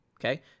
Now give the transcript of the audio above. okay